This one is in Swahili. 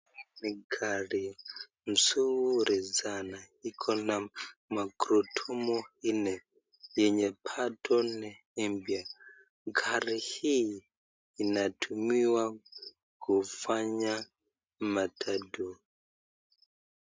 Gari nzuri sana iko na magurudumu nne yenye bad mpya. Gari hii inatumiwa kufanya matatu.